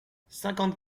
cinquante